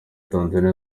tanzania